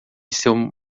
seu